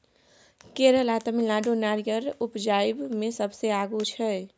केरल आ तमिलनाडु नारियर उपजाबइ मे सबसे आगू छै